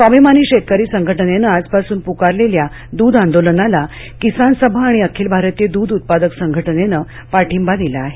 स्वाभिमानी शेतकरी संघटनेनं आजपासून पुकारलेल्या दूध आंदोलनाला किसान सभा आणि अखिल भारतीय दूध उत्पादक संघटनेनं पाठींबा दिला आहे